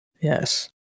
Yes